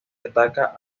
ataca